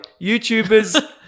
youtubers